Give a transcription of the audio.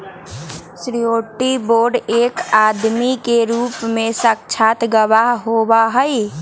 surety bond एक आदमी के रूप में साक्षात गवाह होबा हई